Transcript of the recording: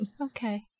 Okay